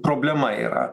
problema yra